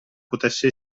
potesse